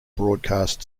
broadcast